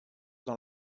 dans